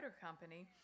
Company